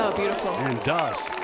ah beautiful. and does.